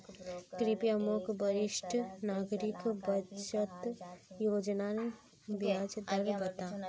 कृप्या मोक वरिष्ठ नागरिक बचत योज्नार ब्याज दर बता